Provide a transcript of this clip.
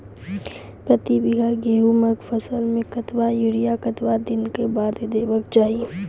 प्रति बीघा गेहूँमक फसल मे कतबा यूरिया कतवा दिनऽक बाद देवाक चाही?